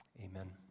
amen